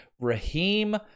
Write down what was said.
Raheem